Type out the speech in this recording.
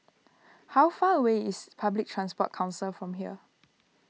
how far away is Public Transport Council from here